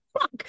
Fuck